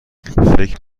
فکر